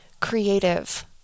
creative